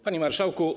Panie Marszałku!